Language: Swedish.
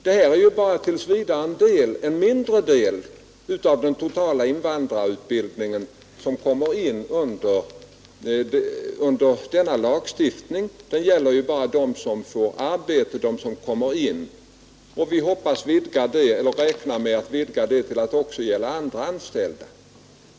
Det är tills vidare bara en mindre del av den totala invandrarutbildningen som kommer in under denna lagstiftning; den gäller ju enbart dem som får arbete. Vi räknar med att vidga den till att gälla även andra än anställda.